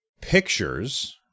pictures